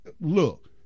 look